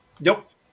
Nope